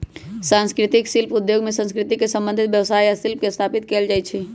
संस्कृतिक शिल्प उद्योग में संस्कृति से संबंधित व्यवसाय आ शिल्प के स्थापित कएल जाइ छइ